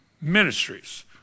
ministries